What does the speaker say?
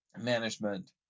management